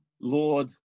Lord